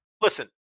Listen